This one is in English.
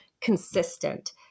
consistent